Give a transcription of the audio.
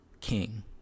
king